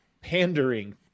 pandering